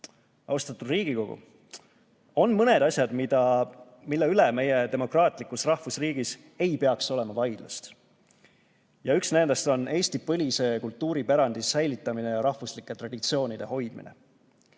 Austatud Riigikogu! On mõned asjad, mille üle meie demokraatlikus rahvusriigis ei peaks olema vaidlust. Üks nendest on Eesti põlise kultuuripärandi säilitamine ja rahvuslike traditsioonide hoidmine.